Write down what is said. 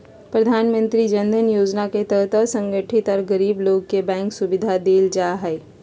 प्रधानमंत्री जन धन योजना के तहत असंगठित आर गरीब लोग के बैंक सुविधा देल जा हई